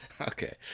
Okay